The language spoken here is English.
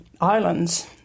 islands